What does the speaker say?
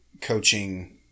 coaching